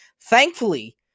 Thankfully